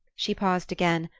she paused again,